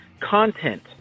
content